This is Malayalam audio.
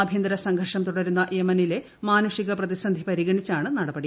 ആഭ്യന്തരസംഘർഷം തൂട്ടതുന്ന യെമനിലെ മാനുഷിക പ്രതിസന്ധി പരിഗണിച്ചാണ് നടപടി